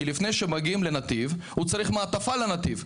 כי לפני שמגיעים לנתיב הוא צריך מעטפה לנתיב,